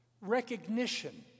recognition